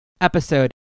episode